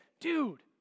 dude